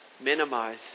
minimize